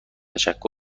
تشکر